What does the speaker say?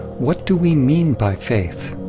what do we mean by faith?